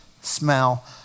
smell